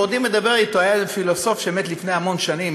בעודי מדבר אתו: היה איזה פילוסוף שמת לפני המון שנים,